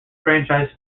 franchise